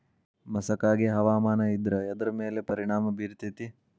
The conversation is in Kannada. ಮಸಕಾಗಿ ಹವಾಮಾನ ಇದ್ರ ಎದ್ರ ಮೇಲೆ ಪರಿಣಾಮ ಬಿರತೇತಿ?